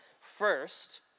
first